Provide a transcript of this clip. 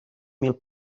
mil